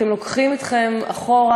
אתם לוקחים אתכם אחורה,